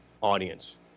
audience